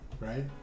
right